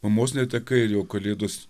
mamos netekai ir jau kalėdos